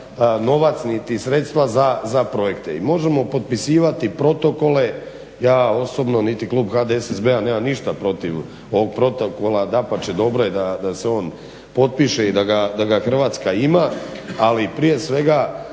novac niti sredstva za projekte. I možemo potpisivati protokole ja osobno niti klub HDSSB-a nema ništa protiv ovog protokola, dapače dobro je da se on potpiše i da ga Hrvatska ima, ali prije svega